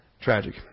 Tragic